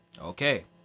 Okay